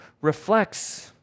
reflects